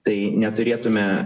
tai neturėtume